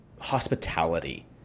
hospitality